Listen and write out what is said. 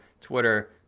Twitter